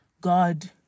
God